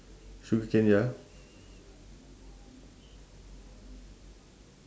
sugar cane ya